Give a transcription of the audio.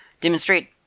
demonstrate